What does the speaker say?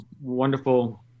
wonderful